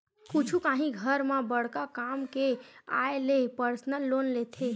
कुछु काही घर म बड़का काम के आय ले परसनल लोन लेथे